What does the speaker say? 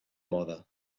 moda